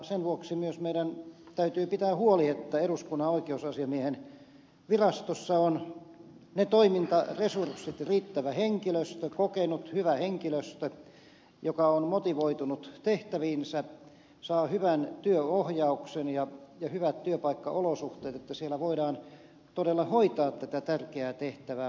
sen vuoksi myös meidän täytyy pitää huoli että eduskunnan oikeusasiamiehen virastossa on ne toimintaresurssit riittävä henkilöstö kokenut hyvä henkilöstö joka on motivoitunut tehtäviinsä saa hyvän työnohjauksen ja hyvät työpaikkaolosuhteet että siellä voidaan todella hoitaa tätä tärkeää tehtävää mahdollisimman hyvin